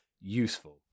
useful